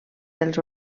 dels